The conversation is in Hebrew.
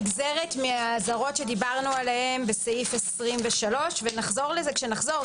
נגזרת מהאזהרות שדיברנו עליהן בסעיף 23. נחזור לזה כשנחזור.